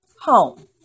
home